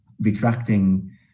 retracting